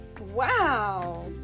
Wow